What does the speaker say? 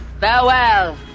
Farewell